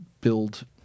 build